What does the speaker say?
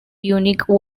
unique